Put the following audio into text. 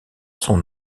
son